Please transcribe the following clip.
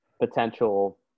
potential